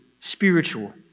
spiritual